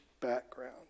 background